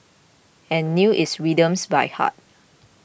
and knew its rhythms by heart